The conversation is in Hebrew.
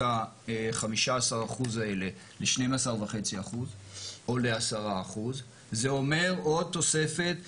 ה-15% האלה ל-12.5% או ל-10% זה אומר עוד תוספת של,